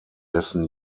dessen